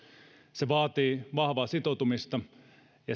se vaatii vahvaa sitoutumista ja